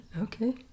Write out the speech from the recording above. Okay